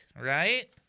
right